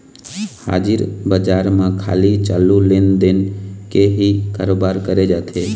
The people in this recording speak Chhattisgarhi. हाजिर बजार म खाली चालू लेन देन के ही करोबार करे जाथे